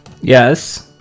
Yes